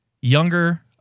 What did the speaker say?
younger